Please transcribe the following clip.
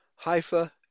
Haifa